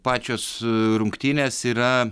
pačios rungtynės yra